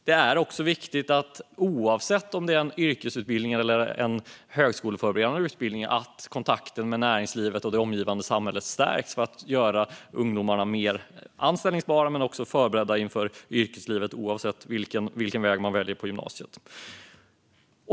Det är också viktigt - oavsett om det handlar om en yrkesutbildning eller en högskoleförberedande utbildning - att kontakten med näringslivet och det omgivande samhället stärks. På det viset kan man få ungdomar att bli mer anställbara men mer också förberedda inför yrkeslivet oavsett vilken väg de väljer på gymnasiet.